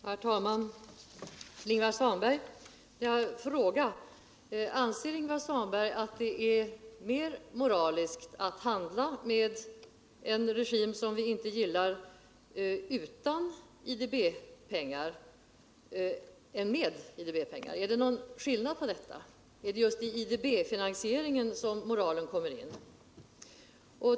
Herr talman! Till Ingvar Svanberg vill jag ställa frågan: Anser Ingvar Svanberg att det är mer moraliskt att handla med en regim som vi inte gillar utan IDB-pengar än med IDB-pengar? Är det någon skillnad på detta? Är det just i IDB-finansieringen som moralen kommer in?